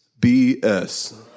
BS